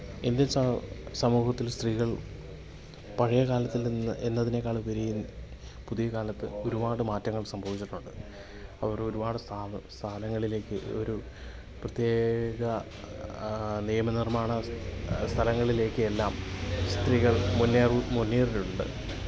Indian സമൂഹത്തില് സ്ത്രീകള് പഴയ കാലത്തില് നിന്ന് എന്നതിനേക്കാളുപരി പുതിയ കാലത്ത് ഒരുപാട് മാറ്റങ്ങള് സംഭവിച്ചിട്ടുണ്ട് അവർ ഒരുപാട് സ്ഥാനങ്ങളിലേക്ക് ഒരു പ്രത്യേക നിയമനിര്മാണ സ്ഥലങ്ങളിലേക്ക് എല്ലാം സ്ത്രീകള് മുന്നേറില് മുന്നേറിയിട്ടുണ്ട്